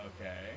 Okay